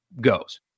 goes